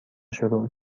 شروع